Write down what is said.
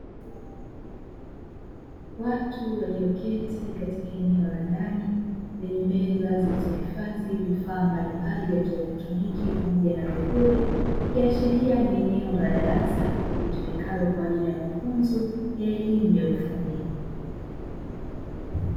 Watu walioketi katika eneo la ndani, lenye meza zilizohifadhi vifaa mbalimbali vya kielektroniki pamoja na vipuli. Ikiashiria ni eneo la darasa litumikalo kwa ajili ya mafunzo ya elimu ya ufundi.